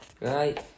Right